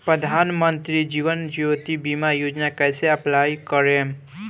प्रधानमंत्री जीवन ज्योति बीमा योजना कैसे अप्लाई करेम?